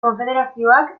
konfederazioak